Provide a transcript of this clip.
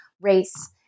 race